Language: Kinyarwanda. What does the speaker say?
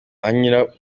anyura